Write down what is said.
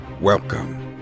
Welcome